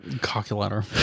Calculator